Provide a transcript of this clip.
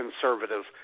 conservatives